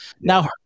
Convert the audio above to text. Now